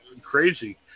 crazy